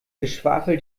geschwafel